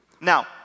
Now